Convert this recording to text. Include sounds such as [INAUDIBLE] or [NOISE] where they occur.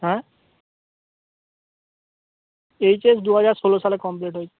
হ্যাঁ H S দুহাজার ষোলো সালে কমপ্লিট [UNINTELLIGIBLE]